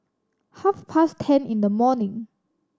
half past ten in the morning